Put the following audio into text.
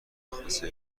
مخمصه